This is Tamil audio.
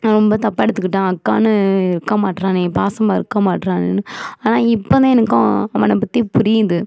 நான் ரொம்ப தப்பா எடுத்துக்கிட்டேன் அக்கான்னு இருக்க மாட்டுறானே பாசமாக இருக்க மாட்டுறானேன்னு ஆனால் இப்ப தான் எனக்கும் அவனை பற்றி புரியுது